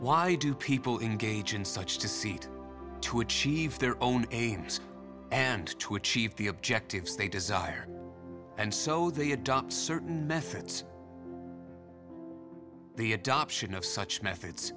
why do people engage in such to seat to achieve their own aims and to achieve the objectives they desire and so they adopt certain methods the adoption of such methods